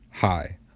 Hi